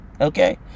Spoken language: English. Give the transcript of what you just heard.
okay